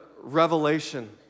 revelation